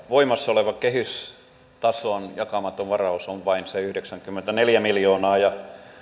voimassa olevan kehystason jakamaton varaus on vain se yhdeksänkymmentäneljä miljoonaa ja